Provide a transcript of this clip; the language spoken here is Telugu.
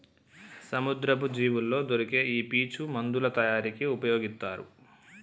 సముద్రపు జీవుల్లో దొరికే ఈ పీచు మందుల తయారీకి ఉపయొగితారు